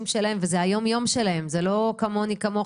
שלהם וזה היומיום שלהם וזה לא כמוני וכמוך,